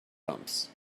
bumps